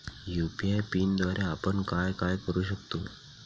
UPI पिनद्वारे आपण काय काय करु शकतो?